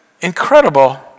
incredible